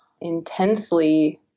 intensely